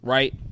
Right